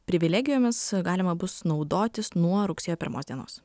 privilegijomis galima bus naudotis nuo rugsėjo pirmos dienos